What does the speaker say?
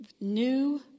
New